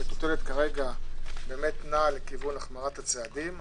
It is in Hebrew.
המטוטלת כרגע נעה לכיוון החמרת הצעדים.